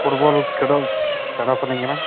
football ᱠᱷᱮᱞᱳᱰ ᱥᱮᱬᱟ ᱥᱟᱱᱟᱹᱧ ᱠᱟᱱᱟ